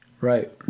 Right